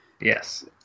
Yes